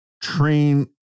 train